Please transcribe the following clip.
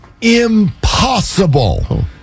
impossible